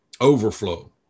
overflow